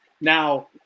Now